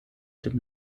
dem